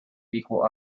equal